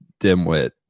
dimwit